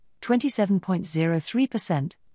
27.03%